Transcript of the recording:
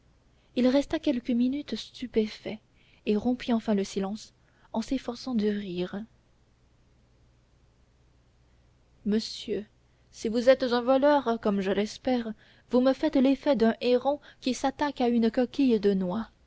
il resta quelques minutes stupéfait et rompit enfin le silence en s'efforçant de rire monsieur si vous êtes un voleur comme je l'espère vous me faites l'effet d'un héron qui s'attaque à une coquille de noix